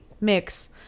mix